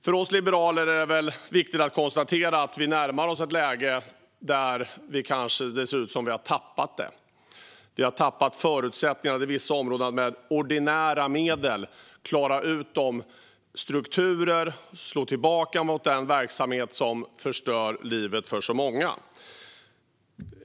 Vi liberaler konstaterar att vi närmar oss ett läge där det ser ut som att vi i vissa områden har tappat förutsättningarna att med ordinära medel komma till rätta med strukturer och att slå tillbaka mot den verksamhet som förstör livet för så många.